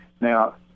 Now